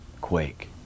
quake